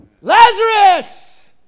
Lazarus